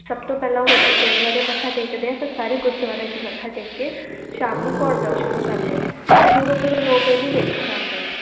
ਸਭ ਤੋਂ ਪਹਿਲਾਂ ਵੱਡੇ ਗੁਰਦੁਆਰੇ ਮੱਥਾ ਟੇਕਦੇ ਆ ਫਿਰ ਸਾਰੇ ਗੁਰਦੁਆਰਿਆਂ 'ਚ ਮੱਥਾ ਟੇਕ ਕੇ ਸ਼ਾਮ ਨੂੰ ਘੋੜ ਦੌੜ ਸ਼ੁਰੂ ਕਰਦੇ ਆ ਅਤੇ ਦੂਰੋਂ ਦੂਰੋਂ ਲੋਕ ਇਹਨੂੰ ਵੇਖਣ ਆਉਂਦੇ ਆ